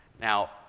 Now